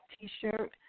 T-shirt